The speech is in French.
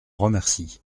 remercie